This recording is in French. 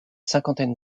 cinquantaine